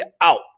out